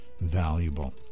valuable